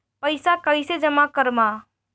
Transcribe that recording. पैसा कईसे जामा करम?